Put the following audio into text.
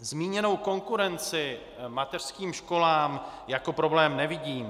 Zmíněnou konkurenci mateřským školám jako problém nevidím.